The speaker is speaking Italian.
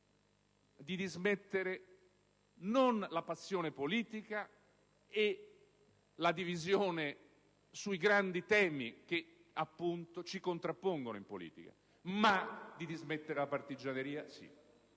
di dismettere non la passione politica e la divisione sui grandi temi che ci contrappongono in politica, bensì la partigianeria.